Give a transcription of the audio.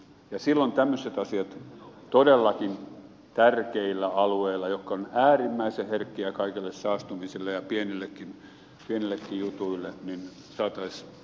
silloin tämmöiset asiat todellakin tärkeillä alueilla jotka ovat äärimmäisen herkkiä kaikelle saastumiselle ja pienillekin jutuille saataisiin haltuun